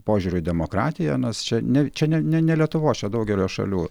požiūriu į demokratiją nes čia ne čia ne ne ne lietuvos daugelio šalių